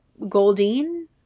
Goldine